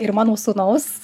ir mano sūnaus